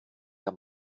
der